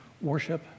worship